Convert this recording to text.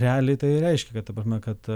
realiai tai ir reiškia kad ta prasme kad